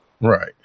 right